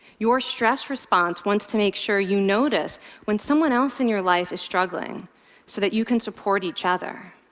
your stress response wants to make sure you notice when someone else in your life is struggling so that you can support each other.